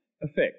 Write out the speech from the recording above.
effect